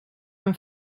mijn